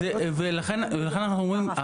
ולכן אנחנו אומרים,